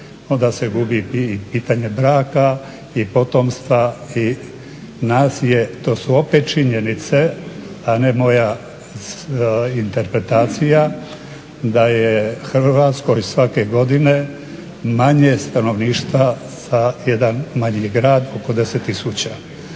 Onda se gubi i pitanje braka i potomstva i nacije. To su opet činjenice, a ne moja interpretacija da je u Hrvatskoj svake godine manje stanovništva za jedan manji grad oko 10